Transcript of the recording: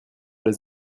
les